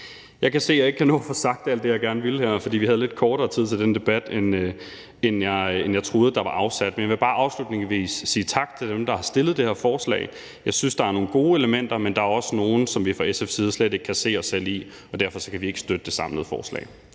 Jeg kan se, at jeg ikke kan nå at få sagt alt det, jeg gerne ville her, fordi vi har lidt kortere tid til den debat, end jeg troede der var afsat. Men jeg vil bare afslutningsvis sige tak til dem, der har stillet det her forslag. Jeg synes, at der er nogle gode elementer i det, men der er også nogle, som vi fra SF's side slet ikke kan se os selv i. Derfor kan vi ikke støtte det samlede forslag.